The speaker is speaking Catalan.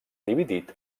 dividit